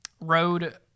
Road